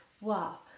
wow